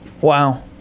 wow